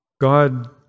God